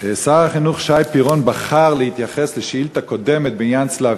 שר החינוך שי פירון בחר להתייחס לשאילתה קודמת בעניין צלב